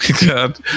God